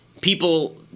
people